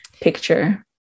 picture